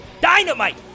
dynamite